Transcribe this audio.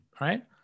Right